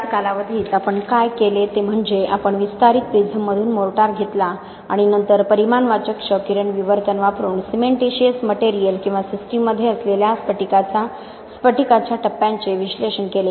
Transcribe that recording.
त्याच कालावधीत आपण काय केले ते म्हणजे आपण विस्तारित प्रिझममधून मोर्टार घेतला आणि नंतर परिमाणवाचक क्ष किरण विवर्तन वापरून सिमेंटिशिअस मटेरियल किंवा सिस्टीममध्ये असलेल्या स्फटिकाच्या टप्प्यांचे विश्लेषण केले